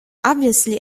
obviously